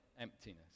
emptiness